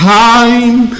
time